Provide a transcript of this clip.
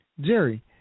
Jerry